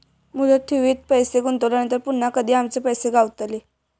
मुदत ठेवीत पैसे गुंतवल्यानंतर पुन्हा कधी आमचे पैसे गावतले?